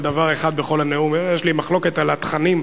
על דבר אחד בכל הנאום: יש לי מחלוקת על התכנים,